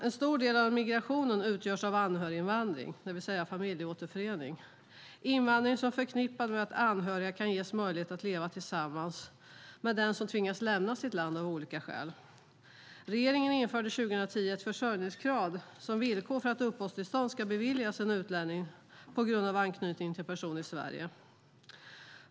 En stor del av migrationen utgörs av anhöriginvandring, det vill säga familjeåterförening, invandring som är förknippad med att anhöriga kan ges möjlighet att leva tillsammans med den som tvingas lämna sitt land av olika skäl. Regeringen införde 2010 ett försörjningskrav som villkor för att uppehållstillstånd ska beviljas en utlänning på grund av anknytning till person i Sverige.